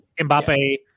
Mbappe